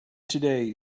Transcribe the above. today